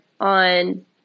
on